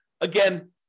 Again